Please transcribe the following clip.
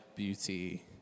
Beauty